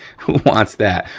who wants that?